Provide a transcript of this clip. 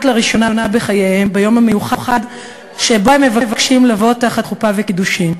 לראשונה בחייהם ביום המיוחד שבו הם מבקשים לבוא תחת חופה וקידושין.